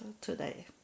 today